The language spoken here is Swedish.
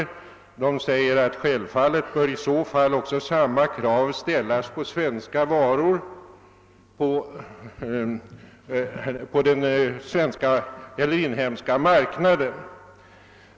De anför att samma krav självfallet i så fall bör ställas på svenska varor på den inhemska marknaden.